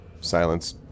Silence